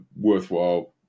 worthwhile